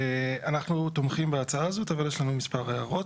אנחנו תומכים בהצעה הזאת אבל יש לנו מספר הערות.